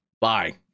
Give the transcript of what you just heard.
Bye